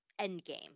Endgame